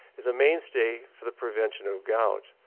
is a mainstay for the prevention of gout.